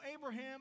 Abraham